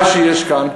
מה שיש כאן,